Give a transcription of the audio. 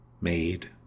Made